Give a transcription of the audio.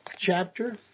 chapter